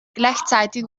gleichzeitig